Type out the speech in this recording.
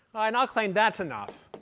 i'll claim that's enough.